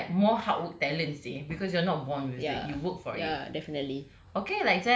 that's even like more hard work talent seh because you were not born with it you worked for